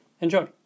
Enjoy